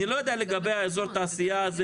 אני לא יודע לגבי אזורי תעשייה,